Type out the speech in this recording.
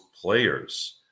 players